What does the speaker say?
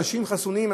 אנשים חסונים,